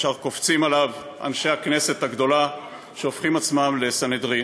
ישר קופצים עליו אנשי הכנסת הגדולה שהופכים עצמם לסנהדרין.